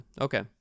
Okay